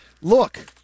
look